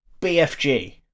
BFG